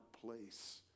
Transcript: place